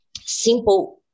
simple